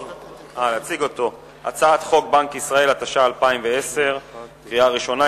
הצעת חוק בנק ישראל, התש"ע 2010, קריאה ראשונה.